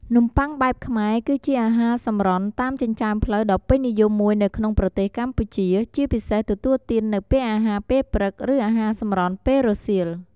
នំប័ុងបែបខ្មែរ គឺជាអាហារសម្រន់តាមចិញ្ចើមផ្លូវដ៏ពេញនិយមមួយនៅក្នុងប្រទេសកម្ពុជា ជាពិសេសទទួលទាននៅពេលអាហារពេលព្រឹក ឬអាហារសម្រន់ពេលរសៀល។